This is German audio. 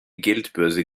geldbörse